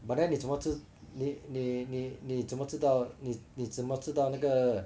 but then 你怎么知你你你你怎么知道你你怎么知道那个